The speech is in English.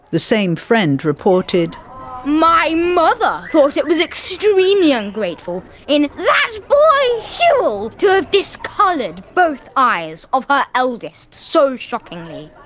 the same friend reported voice-over my mother thought it was extremely ungrateful in that boy whewell to have discoloured both eyes of her eldest so shockingly.